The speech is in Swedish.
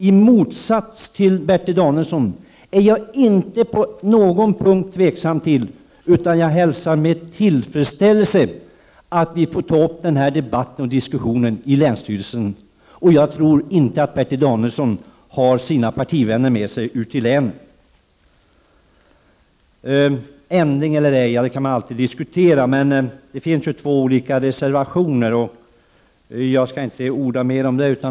I motsats till Bertil Danielsson är jag inte på något sätt tveksam till att man får ta upp en diskussion om det i länsstyrelsen; det hälsar jag med tillfredsställelse. Jag tror inte att Bertil Danielsson har sina partivänner ute i länen med sig på den punkten. Vem som har ändrat sig kan man alltid diskutera. Det finns ju två olika reservationer, och jag skall inte orda mer om det.